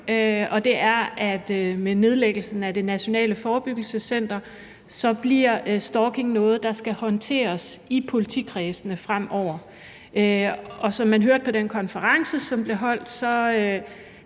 og det er, at med nedlæggelsen af Nationalt Forebyggelsescenter bliver stalking noget, der skal håndteres i politikredsene fremover. Som vi hørte på den konference, som blev holdt,